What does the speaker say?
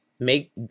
Make